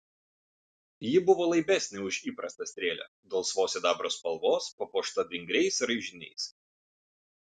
ji buvo laibesnė už įprastą strėlę dulsvos sidabro spalvos papuošta vingriais raižiniais